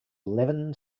eleven